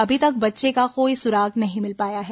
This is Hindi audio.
अभी तक बच्चे का कोई सुराग नहीं मिल पाया है